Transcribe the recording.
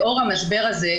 לאור המשבר הזה,